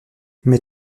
mais